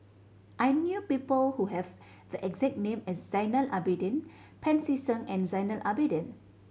I knew people who have the exact name as Zainal Abidin Pancy Seng and Zainal Abidin